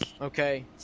Okay